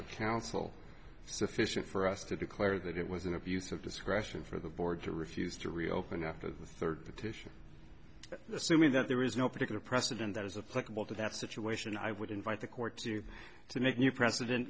of counsel sufficient for us to declare that it was an abuse of discretion for the board to refuse to reopen after the third petition assuming that there is no particular precedent that is a pleasurable to that situation i would invite the courts here to make a new president